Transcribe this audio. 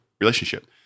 relationship